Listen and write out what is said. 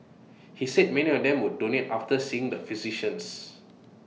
he said many of them would donate after seeing the physicians